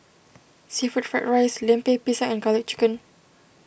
Seafood Fried Rice Lemper Pisang and Garlic Chicken